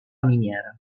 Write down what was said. miniera